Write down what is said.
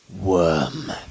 worm